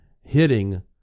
hitting